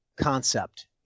concept